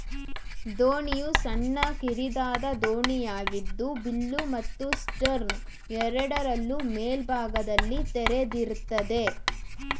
ದೋಣಿಯು ಸಣ್ಣ ಕಿರಿದಾದ ದೋಣಿಯಾಗಿದ್ದು ಬಿಲ್ಲು ಮತ್ತು ಸ್ಟರ್ನ್ ಎರಡರಲ್ಲೂ ಮೇಲ್ಭಾಗದಲ್ಲಿ ತೆರೆದಿರ್ತದೆ